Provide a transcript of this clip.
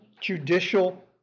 judicial